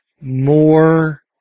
more